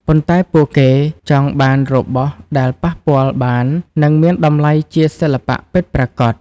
ប៉ុន្តែពួកគេចង់បានរបស់ដែលប៉ះពាល់បាន និងមានតម្លៃជាសិល្បៈពិតប្រាកដ។